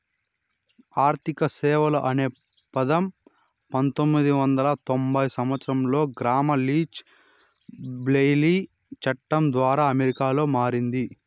ఆర్థిక సేవలు అనే పదం పంతొమ్మిది వందల తొంభై సంవచ్చరంలో గ్రామ్ లీచ్ బ్లెయిలీ చట్టం ద్వారా అమెరికాలో మారింది